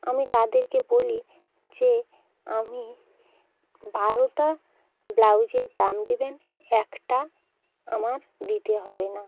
আমি তাদেরকে বলি যে আমি বারোটা ব্লাউজের দাম দেবেন একটা আমার দিতে হবে না